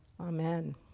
amen